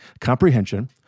comprehension